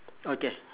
okay